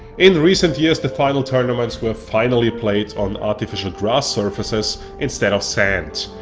in recent years the final tournaments were finally played on artificial grass surfaces instead of sand.